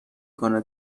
کنه